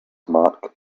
mark